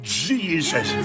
jesus